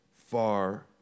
far